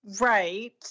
Right